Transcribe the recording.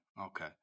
okay